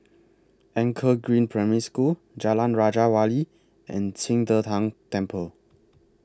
Anchor Green Primary School Jalan Raja Wali and Qing De Tang Temple